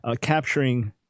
Capturing